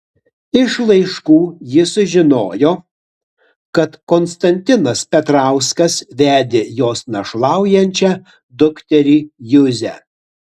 iš laiškų ji sužinojo kad konstantinas petrauskas vedė jos našlaujančią dukterį juzę